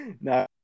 No